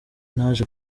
naje